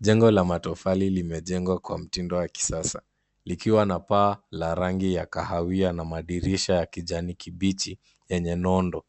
Jengo la matofali limejengwa kwa mtindo wa kisasa, likiwa na paa la rangi ya kahawia na mandirisha ya kijani kibichi yenye nondo,